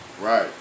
Right